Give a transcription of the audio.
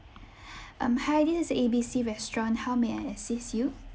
um hi this is A B C restaurant how may I assist you